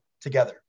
together